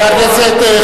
חבר הכנסת.